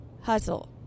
hustle